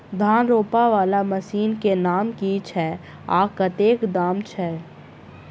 धान रोपा वला मशीन केँ नाम की छैय आ कतेक दाम छैय?